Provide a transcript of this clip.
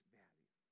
value